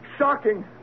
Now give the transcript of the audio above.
Shocking